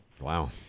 Wow